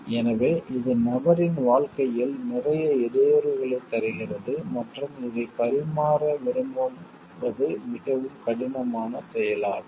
எனவே இது நபரின் வாழ்க்கையில் நிறைய இடையூறுகளைத் தருகிறது மற்றும் இதைப் பரிமாற விரும்புவது மிகவும் கடினமான செயலாகும்